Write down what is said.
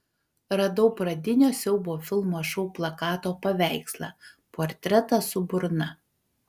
radau pradinio siaubo filmo šou plakato paveikslą portretą su burna